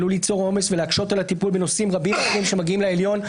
עלול ליצור עומס ולהקשות על הטיפול בנושאים רבים שמגיעים לעליון,